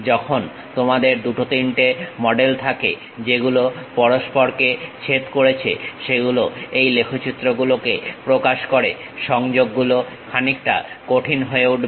যখন তোমাদের দুটো তিনটে মডেল থাকে যেগুলো পরস্পরকে ছেদ করেছে সেগুলো এই লেখচিত্র গুলোকে প্রকাশ করে সংযোগগুলো খানিকটা কঠিন হয়ে উঠবে